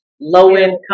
low-income